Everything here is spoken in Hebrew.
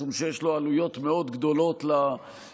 משום שיש לו עלויות מאוד גדולות לזוכה,